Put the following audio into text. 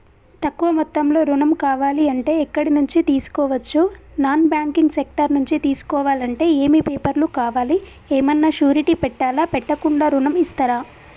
తక్కువ మొత్తంలో ఋణం కావాలి అంటే ఎక్కడి నుంచి తీసుకోవచ్చు? నాన్ బ్యాంకింగ్ సెక్టార్ నుంచి తీసుకోవాలంటే ఏమి పేపర్ లు కావాలి? ఏమన్నా షూరిటీ పెట్టాలా? పెట్టకుండా ఋణం ఇస్తరా?